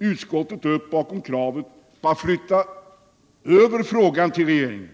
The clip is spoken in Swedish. utskottet upp bakom kravet på att flytta över frågan till regeringen.